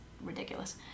ridiculous